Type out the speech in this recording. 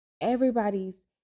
everybody's